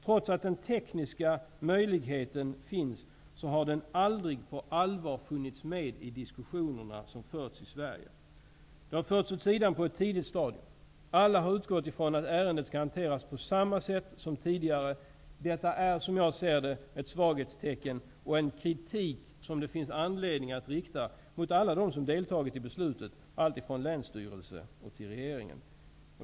Trots att den tekniska möjligheten finns har denna möjlighet aldrig på allvar funnits med i de diskussioner som förts i Sverige. Den har förts åt sidan på ett tidigt stadium. Alla har utgått från att ärendet skall hanteras på samma sätt som tidigare. Detta är som jag ser det ett svaghetstecken. Det är en kritik som det finns anledning att rikta mot alla dem som deltagit i beslutet, alltifrån länsstyrelsen till regeringen.